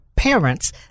Parents